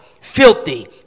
filthy